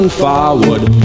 forward